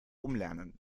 umlernen